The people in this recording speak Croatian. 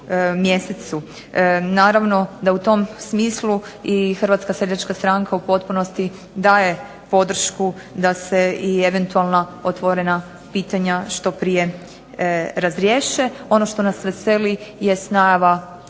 Naravno da u tom smislu i Hrvatska seljačka stranka u potpunosti daje podršku da se i eventualna otvorena pitanja što prije razriješe. Ono što nas veseli jest najava